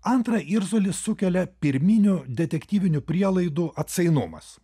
antrą irzulį sukelia pirminių detektyvinių prielaidų atsainumas